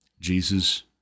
Jesus